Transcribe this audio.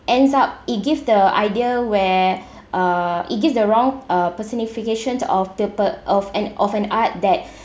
ends up it gives the idea where uh it gives the wrong uh personification of the per~ of an of an art that